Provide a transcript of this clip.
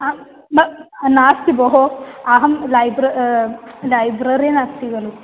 आं न नास्ति भोः अहं लैब्र लैब्ररीन् अस्मि खलु